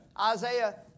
Isaiah